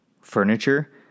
furniture